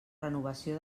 renovació